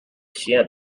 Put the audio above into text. chiens